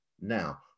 Now